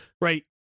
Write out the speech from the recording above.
right